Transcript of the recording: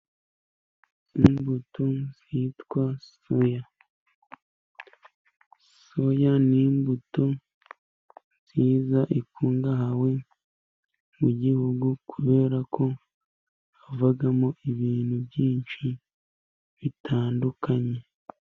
Imbuto zitwa soya, soya ni imbuto nziza ikungahaye mu gihugu, kubera ko havamo ibintu byinshi bitandukanye.